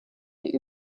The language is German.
die